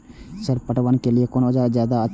Sir पटवन के लीऐ कोन औजार ज्यादा अच्छा होते?